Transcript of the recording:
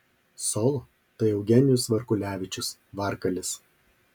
solo tai eugenijus varkulevičius varkalis